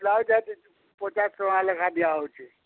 blouse ପଚାଶ୍ ଟଙ୍କା ଲେଖା ଦିଆହଉଚେ